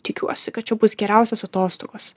tikiuosi kad čia bus geriausios atostogos